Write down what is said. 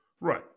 Right